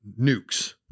nukes